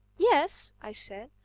yes, i said,